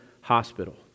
hospital